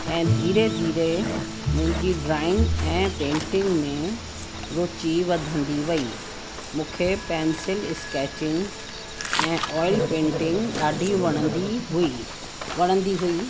ऐं धीरे धीरे मुंहिंजी ड्रॉइंग ऐं पेंटिंग में रुचि वधंदी वई मूंखे पेंसिल स्केचिंग ऐं ऑयल पेंटिंग ॾाढी वणंदी हुई वणंदी हुई